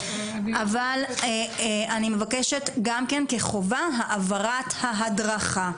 אבל אני מבקשת כחובה העברת ההדרכה.